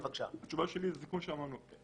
התשובה שלי היא כפי שאמרנו.